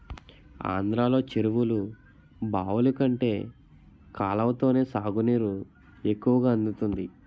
ఆంధ్రలో చెరువులు, బావులు కంటే కాలవతోనే సాగునీరు ఎక్కువ అందుతుంది